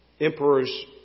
emperor's